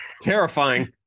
Terrifying